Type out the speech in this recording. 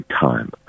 time